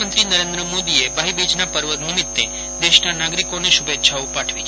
પ્રધાનમંત્રી નરેન્દ્ર મોદીએ ભાઈબીજના પર્વ નિમિત્તે દેશના નાગરિકોને શુભેચ્છાઓ પાઠવી છે